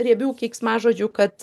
riebių keiksmažodžių kad